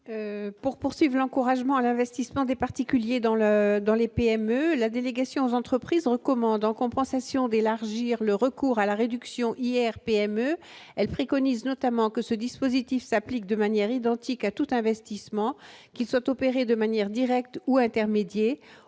Pour poursuivent l'encouragement à l'investissement des particuliers dans le dans les PME et la délégation aux entreprises recommandent en compensation d'élargir le recours à la réduction hier PME elle préconise notamment que ce dispositif s'applique de manière identique à tout investissement qu'il soit opéré de manière directe ou intermédiaires